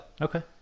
Okay